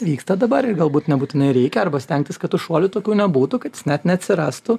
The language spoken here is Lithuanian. vyksta dabar ir galbūt nebūtinai reikia arba stengtis kad tų šuolių tokių nebūtų kad jis net neatsirastų